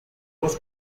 unos